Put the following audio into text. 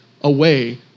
away